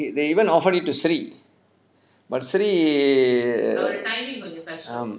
they even offer it to sri but sri